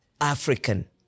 African